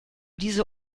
diese